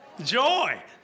Joy